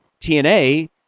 TNA